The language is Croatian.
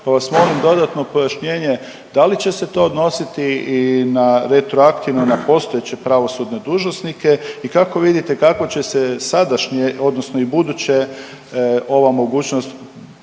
pa vas molim dodatno pojašnjenje da li će se to odnositi i na retroaktivno na postojeće pravosudne dužnosnike i kako vidite, kako će se sadašnje odnosno i buduće ova mogućnost